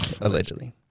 allegedly